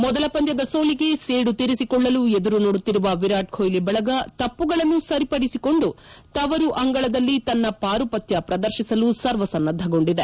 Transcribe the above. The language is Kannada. ಮೊದಲ ಪಂದ್ಲದ ಸೋಲಿಗೆ ಸೇಡು ತೀರಿಸಿಕೊಳ್ಳಲು ಎದುರು ನೋಡುತ್ತಿರುವ ವಿರಾಟ್ ಕೊಹ್ಲಿ ಬಳಗ ತಪ್ಪುಗಳನ್ನು ಸರಿಪಡಿಸಿಕೊಂಡು ತವರು ಅಂಗಳದಲ್ಲಿ ತನ್ನ ಪಾರುಪತ್ನ ಪ್ರದರ್ಶಿಸಲು ಸರ್ವಸನ್ನದ್ದಗೊಂಡಿದೆ